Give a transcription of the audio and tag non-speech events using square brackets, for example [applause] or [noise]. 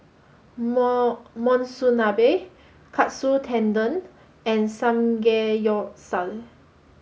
[unintelligible] Monsunabe Katsu Tendon and Samgeyopsal